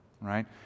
right